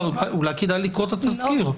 אולי כדאי לקרוא את התזכיר.